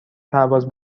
پرواز